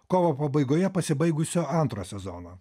kovo pabaigoje pasibaigusio antro sezono